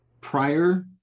prior